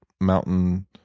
mountain